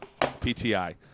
PTI